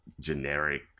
generic